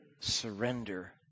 surrender